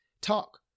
Talk